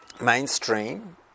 mainstream